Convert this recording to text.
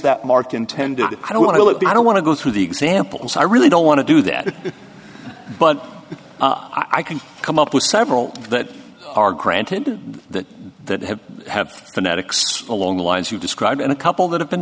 that mark intended it i don't want to look i don't want to go through the examples i really don't want to do that but i can come up with several that are granted that that have had phonetics along the lines you described in a couple that have been